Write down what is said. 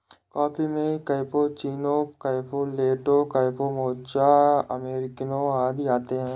coffee में cappuccino, cafe latte, cafe mocha, अमेरिकनों आदि आते है